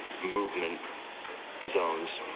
movement zones